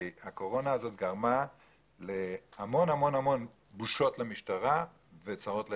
הקורונה הזו גרמה להמון בושות למשטרה וצרות לאזרחים.